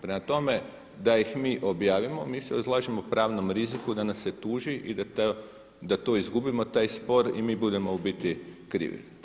Prema tome, da ih mi objavimo mi se izlažemo pravnom riziku da nas se tuži i da izgubimo taj spor i mi budemo u biti krivi.